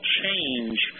change